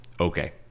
okay